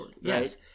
Yes